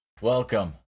Welcome